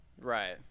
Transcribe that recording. Right